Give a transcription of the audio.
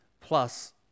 plus